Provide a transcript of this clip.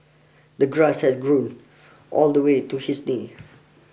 the grass had grown all the way to his knee